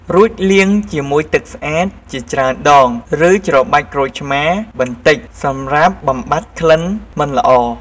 រួចលាងជាមួយទឹកស្អាតជាច្រើនដងឬច្របាច់ក្រូចឆ្មាបន្តិចសំរាប់បំបាត់ក្លិនមិនល្អ។